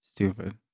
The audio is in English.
Stupid